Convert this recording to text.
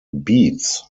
beads